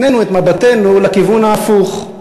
הפנינו את מבטנו לכיוון ההפוך,